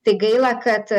tik gaila kad